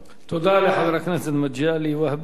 תודה לחבר הכנסת מגלי והבה.